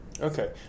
Okay